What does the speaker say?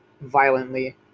violently